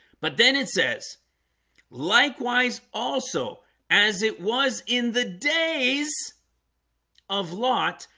but then it says likewise also as it was in the days of lot,